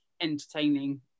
entertaining